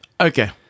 Okay